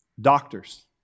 Doctors